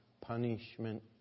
punishment